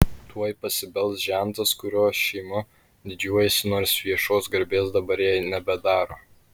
tuoj pasibels žentas kuriuo šeima didžiuojasi nors viešos garbės dabar jai nebedaro